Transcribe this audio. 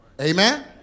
Amen